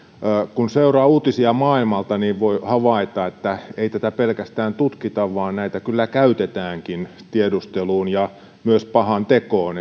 kun seuraa uutisia maailmalta niin voi havaita että ei tätä pelkästään tutkita vaan näitä kyllä käytetäänkin tiedusteluun ja myös pahantekoon